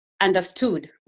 understood